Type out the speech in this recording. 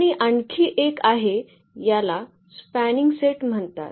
आणि आणखी एक आहे याला स्पॅनिंग सेट म्हणतात